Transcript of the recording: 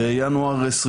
בינואר 21